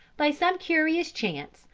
by some curious chance,